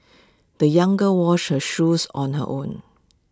the young girl washed her shoes on her own